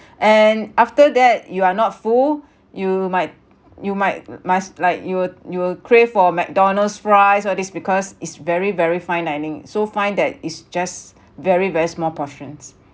and after that you are not full you might you might must like you'll you'll crave for McDonald's fries all this because it's very very fine dining so fine that it's just very very small portions